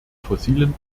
fossilen